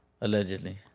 Allegedly